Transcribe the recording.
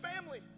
family